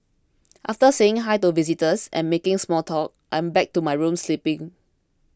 after saying Hi to visitors and making small talk I'm back to my room sleeping